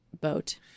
boat